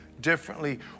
differently